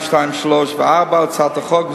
3 ו-4 להצעת החוק,